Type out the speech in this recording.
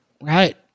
Right